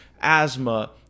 asthma